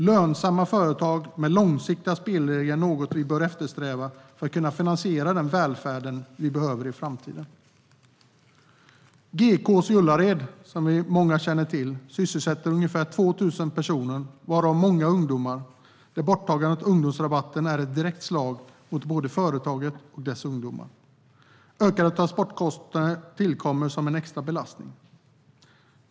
Lönsamma företag med långsiktiga spelregler är något vi bör eftersträva för att kunna finansiera den välfärd vi behöver i framtiden. Gekås i Ullared, som många känner till, sysselsätter ungefär 2 000 personer, varav många ungdomar. Där är borttagandet av ungdomsrabatten ett direkt slag mot både företaget och ungdomarna. Ökade transportkostnader tillkommer som en extra belastning.